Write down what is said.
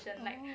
oh